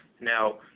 Now